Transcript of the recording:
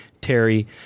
Terry